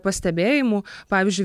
pastebėjimų pavyzdžiui